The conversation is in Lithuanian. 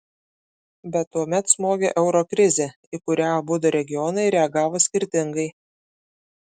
bet tuomet smogė euro krizė į kurią abudu regionai reagavo skirtingai